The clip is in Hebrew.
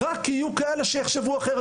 רק כי יהיו שם כאלה שחושבים אחרת?